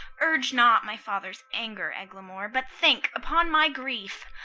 urge not my father's anger, eglamour, but think upon my grief,